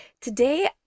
Today